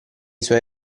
suoi